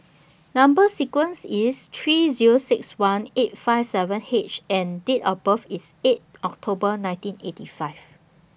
Number sequence IS three Zero six one eight five seven H and Date of birth IS eight October nineteen eighty five